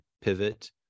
pivot